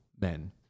men